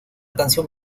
canción